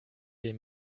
wir